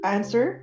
Answer